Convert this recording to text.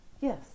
yes